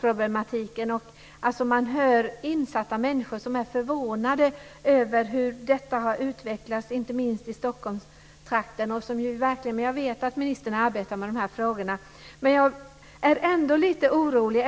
problematiken kring trafficking. Insatta människor är förvånade över hur detta har utvecklats, särskit i Stockholmstrakten. Men jag vet att ministern arbetar med dessa frågor. Jag är ändå lite orolig.